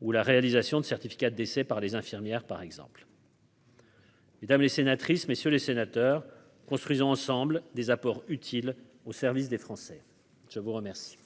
ou la réalisation de certificat de décès par les infirmières par exemple. Mesdames les sénatrices, messieurs les sénateurs, construisons ensemble des apports utile au service des Français, je vous remercie.